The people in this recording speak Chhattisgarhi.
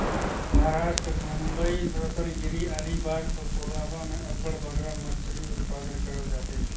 महारास्ट कर बंबई, रतनगिरी, अलीबाग अउ कोलाबा में अब्बड़ बगरा मछरी उत्पादन करल जाथे